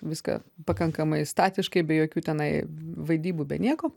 viską pakankamai statiškai be jokių tenai vaidybų be nieko